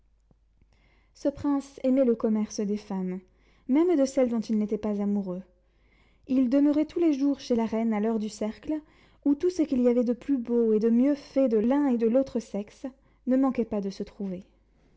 ce prince aimait le commerce des femmes même de celles dont il n'était pas amoureux il demeurait tous les jours chez la reine à l'heure du cercle où tout ce qu'il y avait de plus beau et de mieux fait de l'un et de l'autre sexe ne manquait pas de se trouver